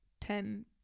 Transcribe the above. ten